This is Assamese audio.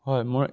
হয় মই